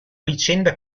vicenda